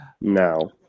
No